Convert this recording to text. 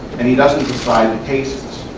and he doesn't decide the cases.